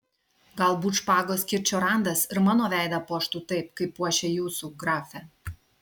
galbūt špagos kirčio randas ir mano veidą puoštų taip kaip puošia jūsų grafe